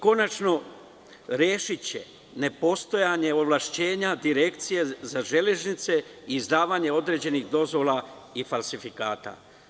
Konačno, rešiće nepostojanje ovlašćenja Direkcije za železnice i za izdavanje određenih dozvola i falsifikata.